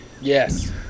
yes